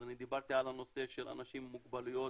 אז אני דיברתי על הנושא של אנשים עם מוגבלויות